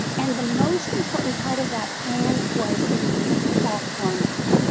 and the most important part of that plan was the ah call format.